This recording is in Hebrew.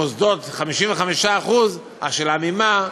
למוסדות 55% השאלה ממה.